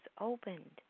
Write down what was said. opened